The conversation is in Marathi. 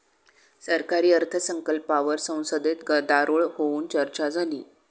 सरकारी अर्थसंकल्पावर संसदेत गदारोळ होऊन चर्चा झाली